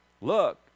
Look